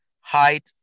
height